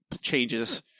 changes